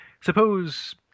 Suppose